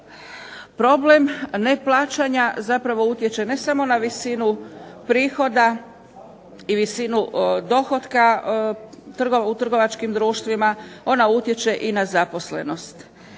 Problem neplaćanja utječe ne samo na visinu prihoda i visinu dohotka u trgovačkim društvima ona utječe i na zaposlenost.